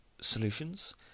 solutions